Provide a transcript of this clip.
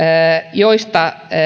joista